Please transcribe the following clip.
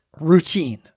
routine